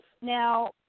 Now